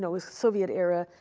was soviet era,